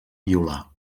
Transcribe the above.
violar